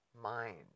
mind